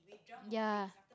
ya